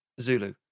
Zulu